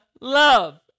love